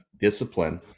discipline